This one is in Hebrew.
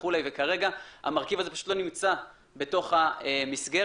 כרגע, המרכיב הזה פשוט לא נמצא בתוך המסגרת.